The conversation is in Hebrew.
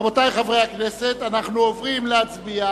רבותי חברי הכנסת, אנחנו עוברים להצביע